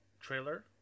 trailer